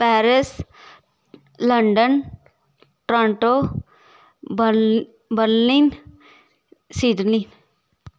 Paris London Toronto बरल Berlin Sydney